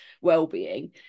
well-being